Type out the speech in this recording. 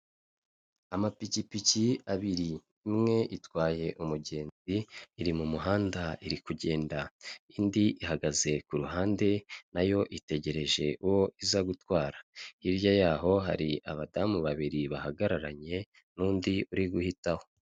Amapikipiki abiri, imwe itwaye umugenzi iri mu muhanda iri kugenda, indi ihagaze ku ruhande nayo itegereje uwo iza gutwara, hirya yaho hari abadamu babiri bahagararanye n'undi uri guhitaho.